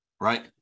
right